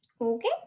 okay